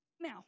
Now